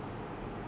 ya